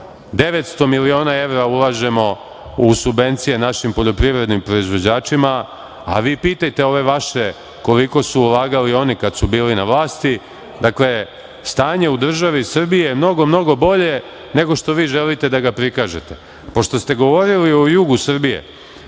900 miliona evra ulažemo u subvencije našim poljoprivrednim proizvođačima, a vi pitajte ove vaše koliko su ulagali oni kad su bili na vlasti? Dakle, stanje u državi Srbiji je mnogo, mnogo bolje nego što vi želite da ga prikažete. Pošto ste govorili o jugu Srbije,